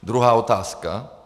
Druhá otázka.